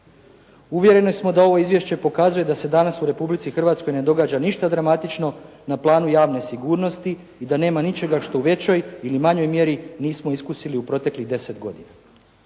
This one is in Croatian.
Uvjereni smo da ovo izvješće pokazuje da se danas u Republici Hrvatskoj ne događa ništa dramatično na planu javne sigurnosti i da nema ničega što u većoj ili manjoj mjeri nismo iskusili u proteklih 10 godina."